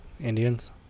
Indians